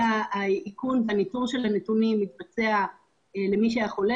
הניטור של הנתונים מתבצע למי שהיה חולה